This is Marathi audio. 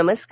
नमस्कार